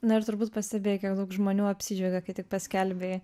na ir turbūt pastebėjai kiek daug žmonių apsidžiaugė kai tik paskelbei